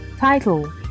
Title